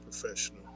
professional